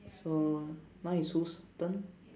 so now is whose turn